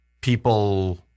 people